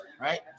right